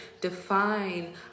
define